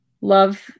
Love